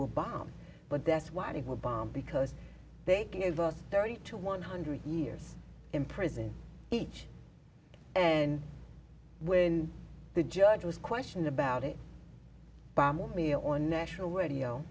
were bombed but that's why they were bombed because they gave us thirty to one hundred years in prison each and when the judge was questioned about it by more meal on national radio